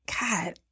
God